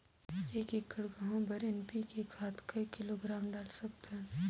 एक एकड़ गहूं बर एन.पी.के खाद काय किलोग्राम डाल सकथन?